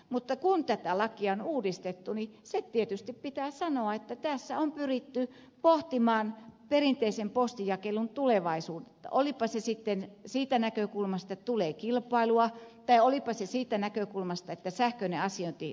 mutta kun tätä lakia on uudistettu niin se tietysti pitää sanoa että tässä on pyritty pohtimaan perinteisen postinjakelun tulevaisuutta olipa se sitten siitä näkökulmasta että tulee kilpailua tai olipa se siitä näkökulmasta että sähköinen asiointi lisääntyy